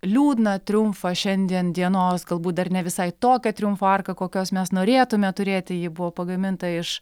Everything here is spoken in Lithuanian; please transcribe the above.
liūdną triumfą šiandien dienos galbūt dar ne visai tokią triumfo arką kokios mes norėtume turėti ji buvo pagaminta iš